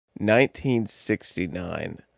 1969